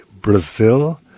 Brazil